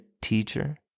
teacher